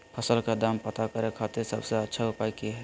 फसल के दाम पता करे खातिर सबसे अच्छा उपाय की हय?